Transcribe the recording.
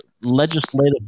legislative